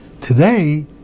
today